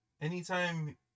anytime